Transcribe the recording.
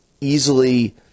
easily